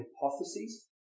hypotheses